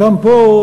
וגם פה,